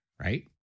right